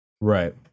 Right